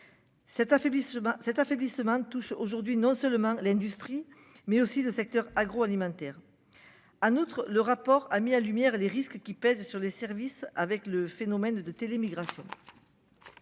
cet affaiblissement touche aujourd'hui non seulement l'industrie mais aussi le secteur agroalimentaire. À neutre. Le rapport a mis à lumière les risques qui pèsent sur les services, avec le phénomène de télé émigra.